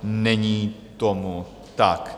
Není tomu tak.